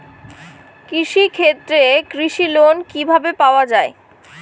কৃষি ক্ষেত্রে কৃষি লোন কিভাবে পাওয়া য়ায়?